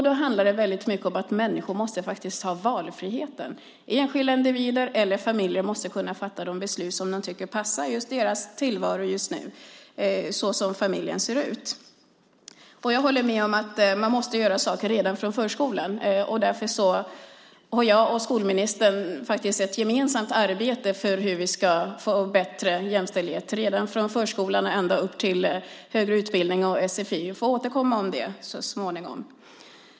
Det handlar då mycket om att människor måste ha valfrihet. Enskilda individer eller familjer måste kunna fatta de beslut som de tycker passar just deras tillvaro som familjen ser ut just nu. Jag håller med om att man måste arbeta med detta redan från förskolan. Därför har jag och skolministern ett gemensamt arbete för hur vi ska få bättre jämställdhet redan från förskolan ända upp till högre utbildning och sfi. Jag återkommer till det så småningom.